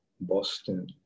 Boston